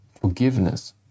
forgiveness